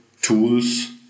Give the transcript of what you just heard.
tools